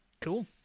Cool